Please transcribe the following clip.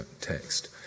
text